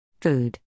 Food